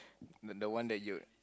the one that you